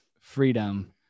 freedom